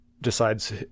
decides